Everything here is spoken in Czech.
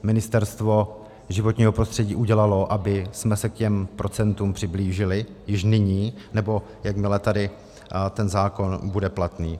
Ministerstvo životního prostředí udělalo, abychom se k těm procentům přiblížili již nyní, nebo jakmile tady ten zákon bude platný.